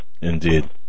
Indeed